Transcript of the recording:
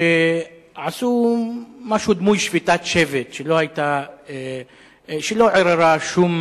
שעשו משהו דמוי שביתת שבת, שלא עוררה מה